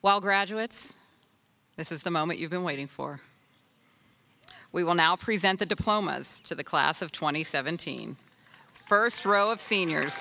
while graduates this is the moment you've been waiting for we will now present the diplomas to the class of twenty seventeen first row of seniors